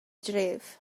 dref